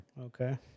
Okay